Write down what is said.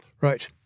Right